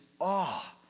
awe